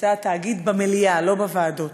בנושא התאגיד, במליאה, לא בוועדות.